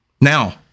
Now